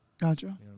Gotcha